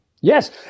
Yes